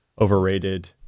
overrated